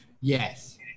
Yes